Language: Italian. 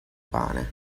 pane